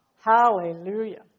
Hallelujah